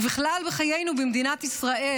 ובכלל בחיינו במדינת ישראל,